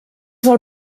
del